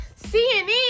CNN